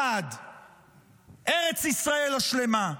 ארץ ישראל השלמה.